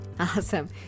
Awesome